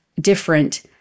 different